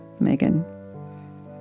Megan